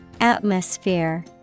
Atmosphere